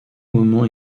moment